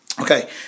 okay